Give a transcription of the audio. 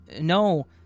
No